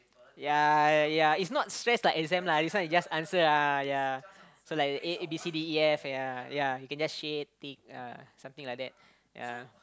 ya ya it's not stress like exam lah this one is just answer ah ya so like A A B C D E F ya ya you can just shade tick yeah something like that ya